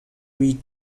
reed